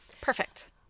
perfect